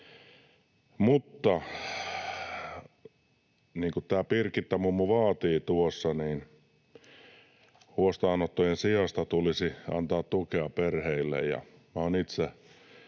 niin kuin tämä Birgitta-mummu tuossa vaatii, niin huostaanottojen sijasta tulisi antaa tukea perheille.